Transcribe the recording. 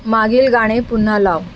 मागील गाणे पुन्हा लाव